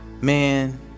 Man